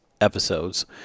episodes